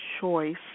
choice